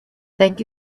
thank